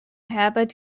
herbert